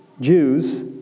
Jews